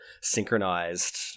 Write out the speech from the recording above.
synchronized